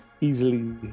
easily